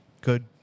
Good